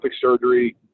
surgery